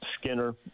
Skinner